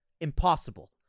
impossible